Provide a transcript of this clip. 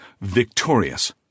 victorious